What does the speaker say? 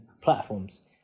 platforms